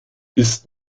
ist